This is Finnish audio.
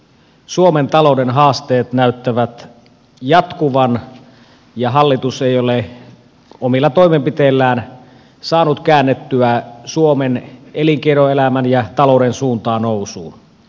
suomen talouden haasteet näyttävät jatkuvan ja hallitus ei ole omilla toimenpiteillään saanut käännettyä suomen elinkeinoelämän ja talouden suuntaa nousuun